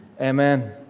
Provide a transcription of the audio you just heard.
Amen